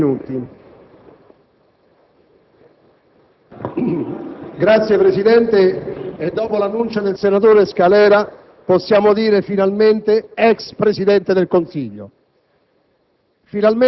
di cui il Paese non sente assolutamente il bisogno, ci troviamo oggi costretti a non rinnovare la fiducia al Governo Prodi.